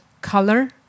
color